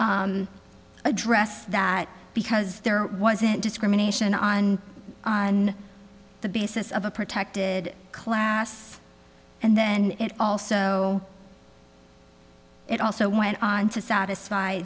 to address that because there wasn't discrimination on on the basis of a protected class and then also it also went on to satisfy